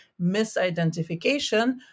misidentification